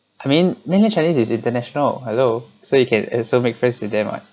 I mean mainland chinese is international hello so you can also make friends with them [what]